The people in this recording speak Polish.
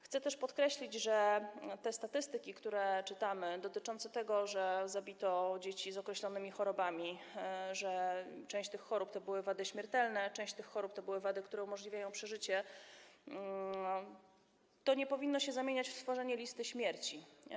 Chcę też podkreślić, że te statystyki, które czytamy, dotyczące tego, że zabito dzieci z określonymi chorobami, że część tych chorób to były wady śmiertelne, część tych chorób to były wady, które umożliwiają przeżycie - że to nie powinno się zamieniać w tworzenie listy śmierci.